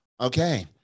okay